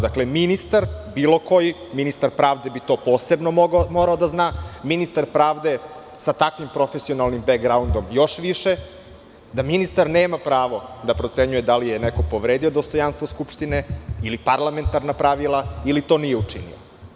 Dakle, ministar, bilo koji, ministar pravde bi to posebno morao da zna, ministar pravde sa takvim profesionalnim bekgraundom još više, da ministar nema pravo da procenjuje da li je neko povredio dostojanstvo Skupštine ili parlamentarna pravila ili to nije učinio.